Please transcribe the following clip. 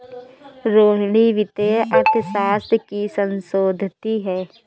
रोहिणी वित्तीय अर्थशास्त्र की शोधार्थी है